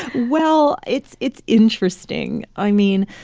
well, it's it's interesting. i mean,